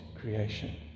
creation